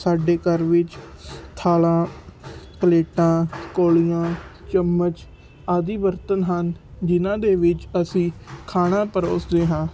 ਸਾਡੇ ਘਰ ਵਿੱਚ ਥਾਲਾਂ ਪਲੇਟਾਂ ਕੋਲੀਆਂ ਚਮਚ ਆਦਿ ਬਰਤਨ ਹਨ ਜਿਨ੍ਹਾਂ ਦੇ ਵਿੱਚ ਅਸੀਂ ਖਾਣਾ ਪਰੋਸਦੇ ਹਾਂ